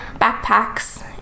backpacks